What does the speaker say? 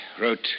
wrote